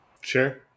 Sure